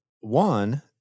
One